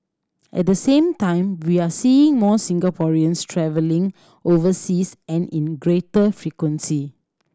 at the same time we are seeing more Singaporeans travelling overseas and in greater frequency